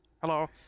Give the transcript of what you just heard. Hello